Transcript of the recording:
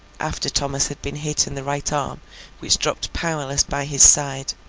after thomas had been hit in the right arm which dropped powerless by his side,